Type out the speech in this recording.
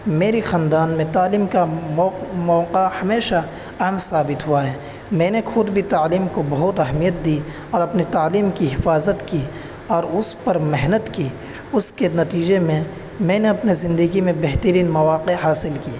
میری خاندان میں تعلیم کا موقع ہمیشہ اہم ثابت ہوا ہے میں نے خود بھی تعلیم کو بہت اہمیت دی اور اپنے تعلیم کی حفاظت کی اور اس پر محنت کی اس کے نتیجے میں میں نے اپنے زندگی میں بہترین مواقع حاصل کیے